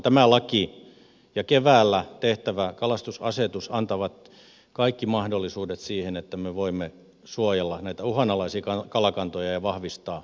tämä laki ja keväällä tehtävä kalastusasetus antavat kaikki mahdollisuudet siihen että me voimme suojella uhanalaisia kalakantoja ja vahvistaa niitä